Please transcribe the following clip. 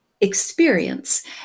experience